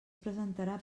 presentarà